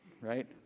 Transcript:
Right